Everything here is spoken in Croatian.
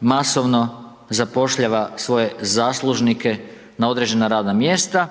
masovno zapošljava svoje zaslužnike na određena radna mjesta